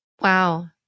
Wow